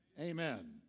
Amen